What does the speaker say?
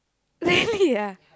really ah